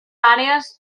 àrees